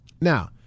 Now